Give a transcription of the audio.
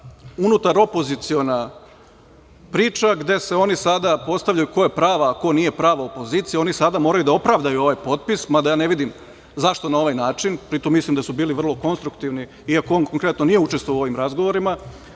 unutar opoziciona priča, gde se oni sada postavljaju ko je prava, ko nije prava opozicija. Oni sada moraju da opravdaju ovaj potpis, mada ja ne vidim zašto na ovaj način. Pri tome, mislim da su bili vrlo konstruktivni, iako on konkretno nije učestvovao u ovim razgovorima. Tako